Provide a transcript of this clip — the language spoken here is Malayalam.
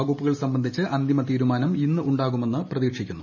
വകുപ്പുകൾ സംബന്ധിച്ച് അന്തിമ തീരുമാനം ഇന്ന് ഉണ്ടാകുമെന്ന് കരുതുന്നു